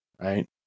Right